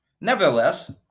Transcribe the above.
Nevertheless